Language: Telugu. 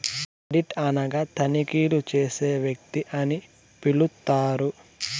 ఆడిట్ అనగా తనిఖీలు చేసే వ్యక్తి అని పిలుత్తారు